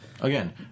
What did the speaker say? Again